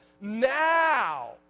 now